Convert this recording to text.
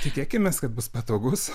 tikėkimės kad bus patogus